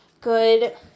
good